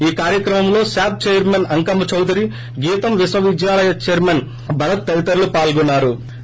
ఈ కార్యక్రమంలో SAAP chairman Ankamma Chowdary GITAM విశ్వవిద్యాలయం చైర్మ న్ భరత్ తదితరులు పాల్గొన్నా రు